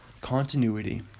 Continuity